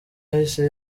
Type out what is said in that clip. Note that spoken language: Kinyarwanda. yahise